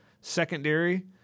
secondary